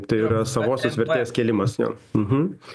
tai yra savosios vertės kėlimas jo mhm